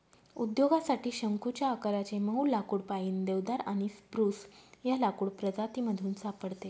उद्योगासाठी शंकुच्या आकाराचे मऊ लाकुड पाईन, देवदार आणि स्प्रूस या लाकूड प्रजातीमधून सापडते